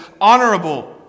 honorable